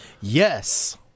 Yes